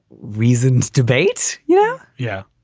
reasoned debate yeah, yeah.